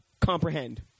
comprehend